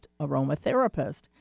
aromatherapist